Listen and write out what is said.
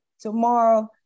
tomorrow